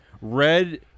Red